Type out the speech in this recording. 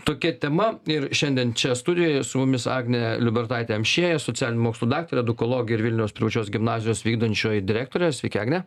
tokia tema ir šiandien čia studijoje su mumis agnė liubertaitė amšiejė socialinių mokslų daktarė edukologė ir vilniaus privačios gimnazijos vykdančioji direktorė sveiki agne